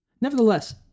Nevertheless